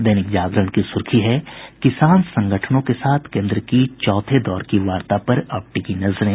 दैनिक जागरण की सुर्खी है किसान संगठनों के साथ केन्द्र सरकार की चौथे दौर की वार्ता पर अब टिकी नजरें